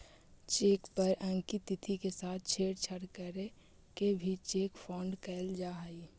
cheque पर अंकित तिथि के साथ छेड़छाड़ करके भी चेक फ्रॉड कैल जा हइ